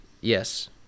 Yes